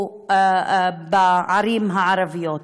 ובערים הערביים.